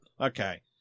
Okay